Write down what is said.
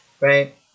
right